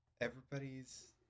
everybody's